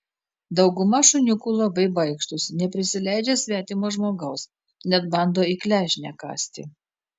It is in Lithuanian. dauguma šuniukų labai baikštūs neprisileidžia svetimo žmogaus net bando į klešnę kąsti